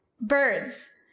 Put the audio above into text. Birds